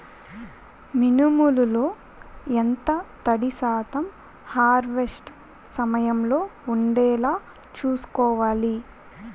మినుములు లో ఎంత తడి శాతం హార్వెస్ట్ సమయంలో వుండేలా చుస్కోవాలి?